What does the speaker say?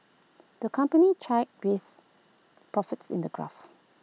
the company chatted with profits in A graph